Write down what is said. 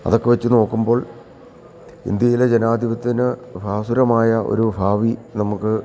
അതൊക്കെ വച്ചു നോക്കുമ്പോൾ ഇന്ത്യയിലെ ജനാധിപത്യത്തിന് ഭാസുരമായ ഒരു ഭാവി നമുക്ക്